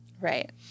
Right